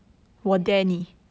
不可以 lah